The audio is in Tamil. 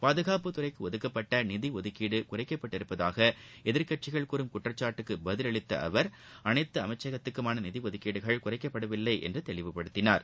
பாதுகாப்புத் துறைக்கு ஒதுக்கப்பட்ட நிதி ஒதுக்கீடு குறைக்கப்பட்டுள்ளதாக எதிர்க்கட்சிகள் கூறும் குற்றச்சாட்டுக்கு பதிலளித்த அவர் அனைத்து அமைச்சகத்துக்குமான நிதி ஒதுக்கீடுகள் குறைக்கப்படவில்லை என்று தெளிவுப்படுத்தினார்